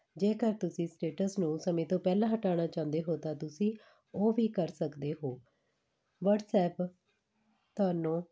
ਜੇਕਰ ਤੁਸੀਂ ਸਟੇਟਸ ਨੂੰ ਸਮੇਂ ਤੋਂ ਪਹਿਲਾਂ ਹਟਾਉਣਾ ਚਾਹੁੰਦੇ ਹੋ ਤਾਂ ਤੁਸੀਂ ਉਹ ਵੀ ਕਰ ਸਕਦੇ ਹੋ ਵਟਸਐਪ ਤੁਹਾਨੂੰ